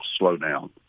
slowdown